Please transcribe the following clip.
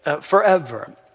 forever